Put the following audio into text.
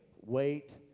wait